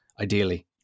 ideally